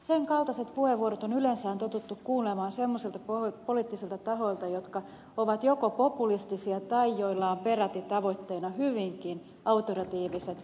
sen kaltaiset puheenvuorot on yleensä totuttu kuulemaan semmoisilta poliittisilta tahoilta jotka ovat joko populistisia tai joilla on peräti tavoitteena hyvinkin autoratiiviset hallitusmuodot